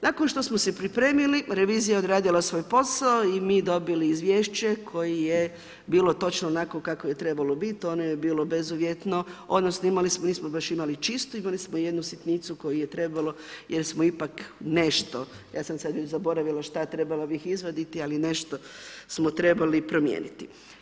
Nakon što smo se pripremili, revizija je odradila svoj posao i mi dobili izvješće koje je bilo točno onako kako je trebalo biti, ono je bilo bezuvjetno, odnosno imali smo, nismo baš imali čistu, imali smo jednu sitnicu koju je trebalo jer smo ipak nešto, ja sam sada već zaboravila šta, trebala bih izvaditi ali nešto smo trebali promijeniti.